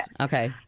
Okay